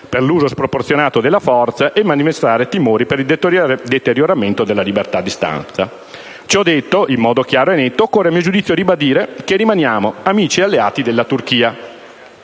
per l'uso sproporzionato della forza e a manifestare timori per il deterioramento della libertà di stampa. Ciò detto, in modo chiaro e netto, occorre a mio giudizio ribadire che rimaniamo amici e alleati della Turchia.